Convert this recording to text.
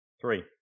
Three